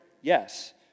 Yes